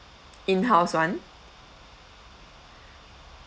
in-house [one]